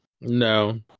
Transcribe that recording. No